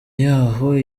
y’aho